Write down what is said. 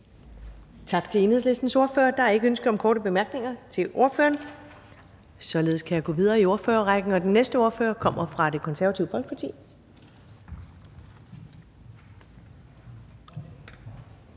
Tak til Enhedslistens ordfører. Der er ikke ønsker om korte bemærkninger til ordføreren. Således kan jeg gå videre i ordførerrækken, og den næste ordfører kommer fra Det Konservative Folkeparti,